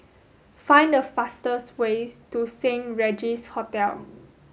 find the fastest way to Saint Regis Hotel